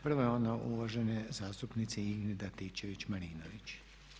Prva je ona uvažene zastupnice Ingrid Antičević-Marinović.